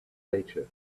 nature